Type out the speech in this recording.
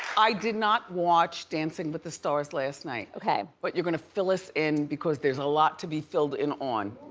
i did not watch dancing with the stars last night. okay. but you're gonna fill us in because there's a lot to be filled in on,